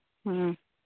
ꯎꯝ